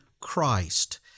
Christ